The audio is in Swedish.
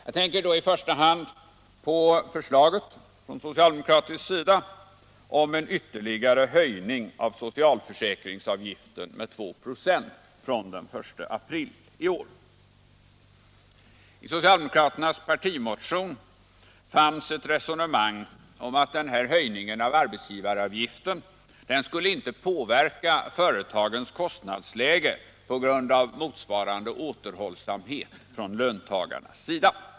Jag tänker då i första hand på det socialdemokratiska förslaget om en ytterligare höjning av socialförsäkringsavgiften med 2 96 från den 1 april. I socialdemokraternas partimotion fanns ett resonemang om att den här höjningen av arbetsgivaravgiften inte skulle påverka företagens kostnadsläge på grund av motsvarande återhållsamhet från löntagarnas sida.